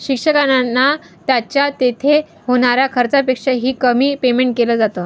शिक्षकांना त्यांच्या तिथे होणाऱ्या खर्चापेक्षा ही, कमी पेमेंट केलं जात